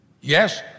Yes